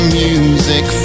music